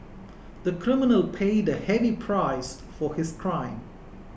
the criminal paid a heavy price for his crime